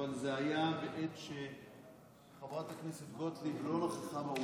אבל זה היה בעת שחברת הכנסת גוטליב לא נכחה באולם,